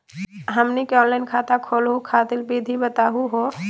हमनी के ऑनलाइन खाता खोलहु खातिर विधि बताहु हो?